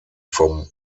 vom